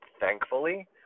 thankfully